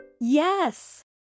Yes